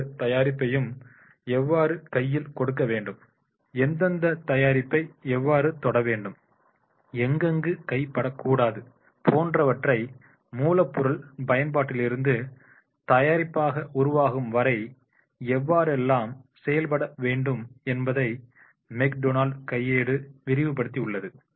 ஒவ்வொரு தயாரிப்பையும் எவ்வாறு கையில் கொடுக்க வேண்டும் எந்தெந்த தயாரிப்பை எவ்வாறு தொட வேண்டும் எங்கெங்கு கை படக்கூடாது போன்றவற்றை மூலப்பொருள் பயன்பாட்டிலிருந்து தயாரிப்பாக உருவாக்கும் வரை எவ்வாறெல்லாம் செயல்பட வேண்டும் என்பதை மெக்டொனால்ட் McDonald's கையேடு விரிவுபடுத்தியுள்ளது